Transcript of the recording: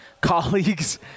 colleagues